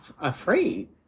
afraid